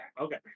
Okay